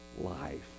life